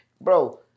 bro